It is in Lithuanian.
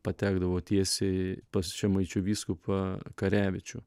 patekdavo tiesiai pas žemaičių vyskupą karevičių